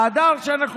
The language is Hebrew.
ההדר שאנחנו